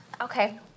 Okay